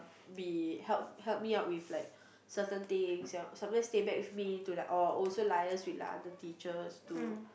be help help me out with like certain things you know sometimes stay back with me to like oh also liaise with like other teachers to